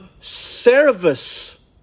service